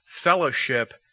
fellowship